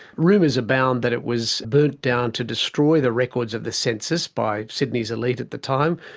rumours abound that it was burnt down to destroy the records of the census by sydney's elite at the time,